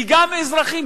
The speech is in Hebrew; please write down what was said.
כי גם אזרחים,